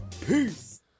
Peace